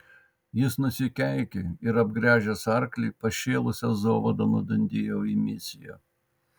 jis nusikeikė ir apgręžęs arklį pašėlusia zovada nudundėjo į misiją